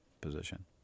position